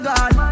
God